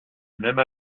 même